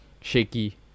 shaky